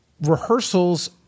rehearsals